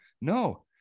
No